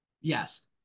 Yes